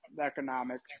economics